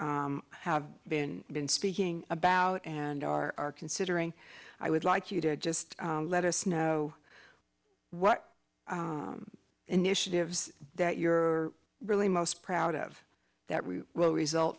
you have been been speaking about and are considering i would like you to just let us know what initiatives that you're really most proud of that we will result